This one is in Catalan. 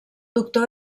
doctor